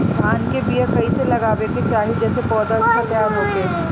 धान के बीया कइसे लगावे के चाही जेसे पौधा अच्छा तैयार होखे?